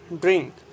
drink